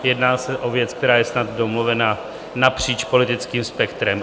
Jedná se o věc, která je snad domluvená napříč politickým spektrem.